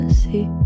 see